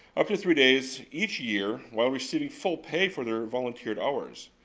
up to three days each year, while receiving full pay for their volunteered hours.